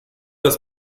das